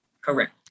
Correct